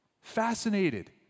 Fascinated